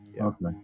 Okay